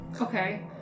Okay